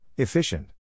Efficient